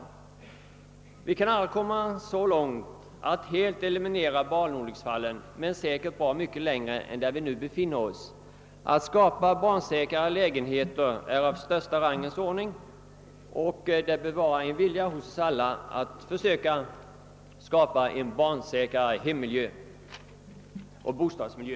Vi kan aldrig helt eliminera barnolycksfallen men kan säkert komma bra mycket längre än nu. Att skapa barnsäkrare lägenheter är av största vikt och alla borde försöka åstadkomma en säkrare hemoch bostadsmiljö.